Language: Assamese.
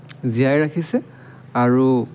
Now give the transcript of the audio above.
জীয়াই ৰাখিছে আৰু